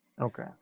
Okay